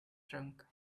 trunk